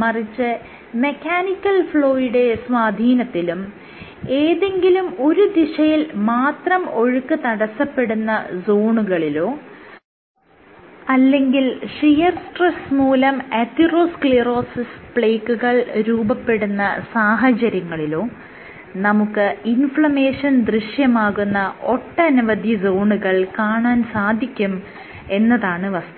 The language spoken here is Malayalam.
മറിച്ച് മെക്കാനിക്കൽ ഫ്ലോയുടെ സ്വാധീനത്തിലും ഏതെങ്കിലും ഒരു ദിശയിൽ മാത്രം ഒഴുക്ക് തടസ്സപെടുന്ന സോണുകളിലോ അല്ലെങ്കിൽ ഷിയർ സ്ട്രെസ്സ് മൂലം അതിറോസ്ക്ളീറോസിസ് പ്ലേക്കുകൾ രൂപപ്പെടുന്ന സാഹചര്യങ്ങളിലോ നമുക്ക് ഇൻഫ്ലമേഷൻ ദൃശ്യമാകുന്ന ഒട്ടനവധി സോണുകൾ കാണാൻ സാധിക്കും എന്നതാണ് വസ്തുത